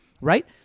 Right